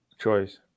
Choice